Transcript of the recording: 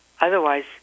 otherwise